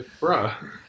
bruh